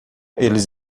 eles